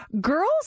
Girls